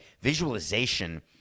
Visualization